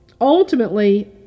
Ultimately